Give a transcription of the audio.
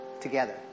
together